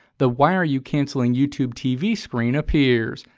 the why are you cancelling youtube tv? screen appears.